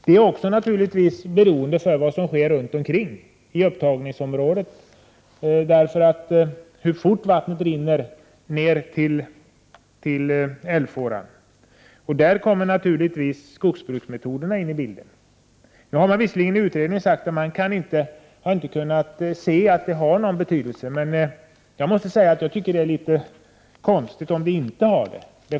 Man är naturligtvis även beroende av vad som händer runt omkring i upptagningsområdet, hur fort vattnet rinner ner till älvfåran. Då kommer skogsbruksmetoderna ini bilden. Det har i utredningen visserligen sagts att man inte har kunnat se att skogsbruksmetoderna har någon betydelse, men jag anser att det vore konstigt om de inte hade någon betydelse.